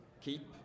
keep